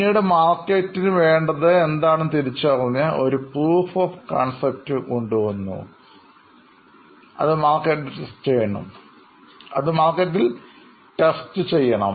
പിന്നീട് മാർക്കറ്റിന് വേണ്ടത് എന്താണെന്ന് തിരിച്ചറിഞ്ഞ് ഒരു പ്രൂഫ് ഓഫ് കോൺസെപ്റ്റ് കൊണ്ടുവന്ന മാർക്കറ്റിൽ ടെസ്റ്റ് ചെയ്യണം